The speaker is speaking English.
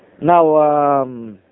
Now